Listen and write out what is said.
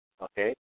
okay